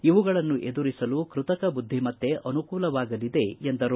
ಇವುಗಳನ್ನು ಎದುರಿಸಲು ಕೃತಕ ಬುದ್ದಿಮತ್ತೆ ಅನುಕೂಲವಾಗಲಿದೆ ಎಂದರು